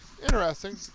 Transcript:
Interesting